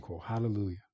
Hallelujah